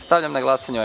Stavljam na glasanje ovaj